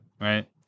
right